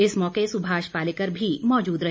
इस मौके सुभाष पालेकर भी मौजूद रहे